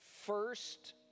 first